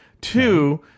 Two